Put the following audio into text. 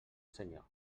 senyor